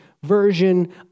Version